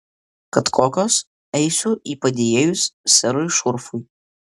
kad kokios eisiu į padėjėjus serui šurfui